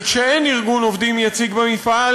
וכשאין ארגון עובדים יציג במפעל